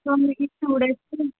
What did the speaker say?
so మేము ఈ two డేస్కి